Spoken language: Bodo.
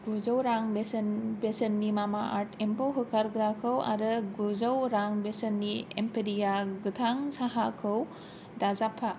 गुजौ रां बेसेननि मामाआर्थ एम्फौ होखारग्राखौ आरो गुजौ रां बेसेननि एम्पेरिया गोथां साहाखौ दाजाबफा